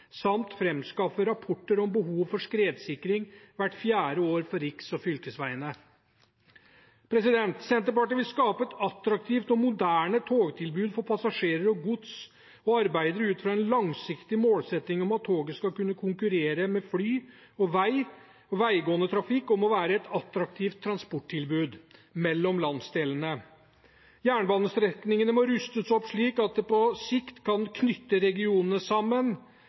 samt framskaffe rapporter om behov for skredsikring hvert fjerde år for riks- og fylkesveiene. Senterpartiet vil skape et attraktivt og moderne togtilbud for passasjerer og gods og arbeider ut fra en langsiktig målsetting om at toget skal kunne konkurrere med fly og veigående trafikk om å være et attraktivt transporttilbud mellom landsdelene. Jernbanestrekningene må rustes opp slik at de på sikt kan knytte regionene sammen